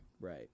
Right